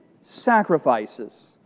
sacrifices